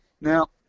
Now